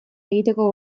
egiteko